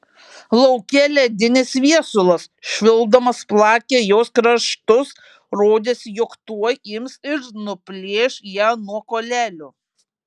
lauke ledinis viesulas švilpdamas plakė jos kraštus rodėsi jog tuoj ims ir nuplėš ją nuo kuolelių